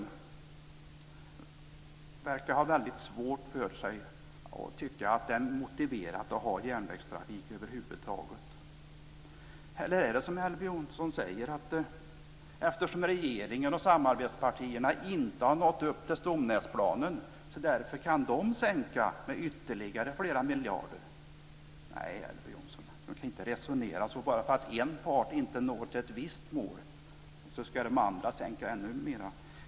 De verkar ha väldigt svårt för sig att tycka att det är motiverat att ha järnvägstrafik över huvud taget. Eller är det som Elver Jonsson säger, att eftersom regeringen och samarbetspartierna inte har nått upp till stomnätsplanen kan de sänka med ytterligare flera miljarder? Nej, Elver Jonsson, man kan inte resonera så att bara därför att en part inte når till ett visst mål så ska de andra sänka ännu mera.